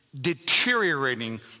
deteriorating